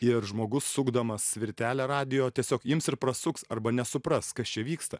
ir žmogus sukdamas svirtelę radijo tiesiog ims ir prasuks arba nesupras kas čia vyksta